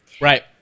right